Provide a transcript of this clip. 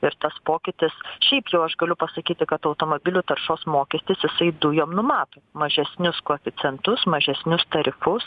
ir tas pokytis šiaip jau aš galiu pasakyti kad automobilių taršos mokestis jisai dujom numato mažesnius koeficientus mažesnius tarifus